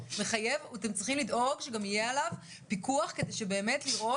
אתם צריכים לדאוג שגם יהיה עליו פיקוח כדי שבאמת לראות